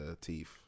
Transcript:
teeth